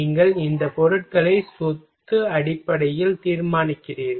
நீங்கள் இந்த பொருட்களை சொத்து அடிப்படையில் தீர்மானிக்கிறீர்கள்